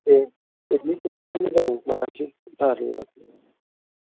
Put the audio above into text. दे दे बिदिनो मोजां माथो